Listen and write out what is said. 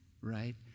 right